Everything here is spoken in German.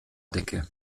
decke